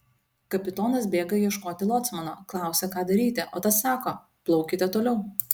kapitonas bėga ieškoti locmano klausia ką daryti o tas sako plaukite toliau